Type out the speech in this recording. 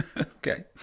Okay